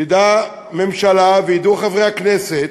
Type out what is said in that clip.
תדע הממשלה וידעו חברי הכנסת